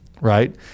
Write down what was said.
right